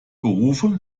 berufe